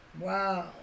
Wow